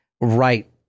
Right